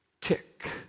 tick